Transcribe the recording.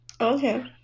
Okay